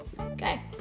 Okay